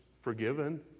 forgiven